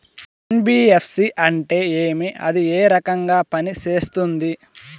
NBFC అంటే ఏమి అది ఏ రకంగా పనిసేస్తుంది